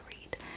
read